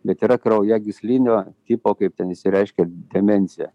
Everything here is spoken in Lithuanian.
bet yra kraujagyslinio tipo kaip ten išsireiškė demencija